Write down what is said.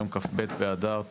היום כ"ח באדר תשפ"ג.